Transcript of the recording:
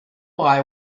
why